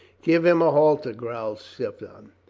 give him a halter, growled skippon.